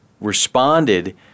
responded